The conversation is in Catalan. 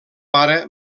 pare